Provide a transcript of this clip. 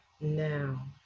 now